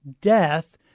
death